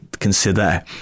Consider